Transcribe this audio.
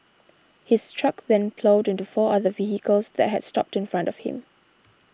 his truck then ploughed into four other vehicles that had stopped in front of him